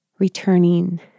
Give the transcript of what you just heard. Returning